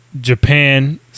Japan